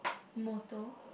motto